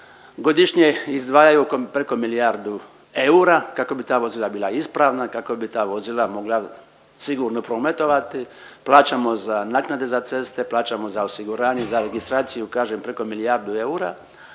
godišnje izdvajaju preko milijardu eura kako bi ta vozila bila ispravna, kako bi ta vozila mogla sigurno prometovati, plaćamo za naknade za ceste, plaćamo za osiguranje, za registraciju, kažem, preko milijardu eura,